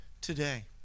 today